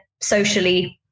socially